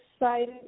excited